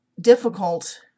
difficult